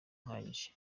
uhagije